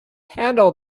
handle